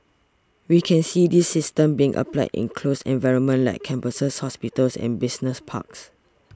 we can see these systems being applied in closed environments like campuses hospitals and business parks